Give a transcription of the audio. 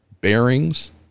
bearings